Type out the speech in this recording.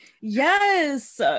Yes